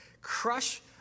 crush